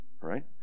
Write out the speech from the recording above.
right